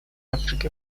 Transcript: африке